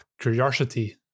Curiosity